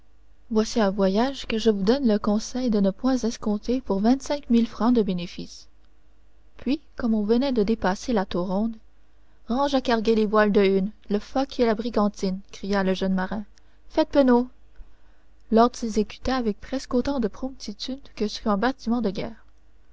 voici un voyage que je vous donne le conseil de ne point escompter pour vingt-cinq mille francs de bénéfice puis comme on venait de dépasser la tour ronde range à carguer les voiles de hune le foc et la brigantine cria le jeune marin faites penaud l'ordre s'exécuta avec presque autant de promptitude que sur un bâtiment de guerre